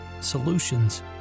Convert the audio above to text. solutions